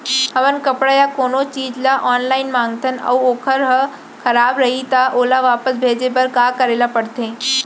हमन कपड़ा या कोनो चीज ल ऑनलाइन मँगाथन अऊ वोकर ह खराब रहिये ता ओला वापस भेजे बर का करे ल पढ़थे?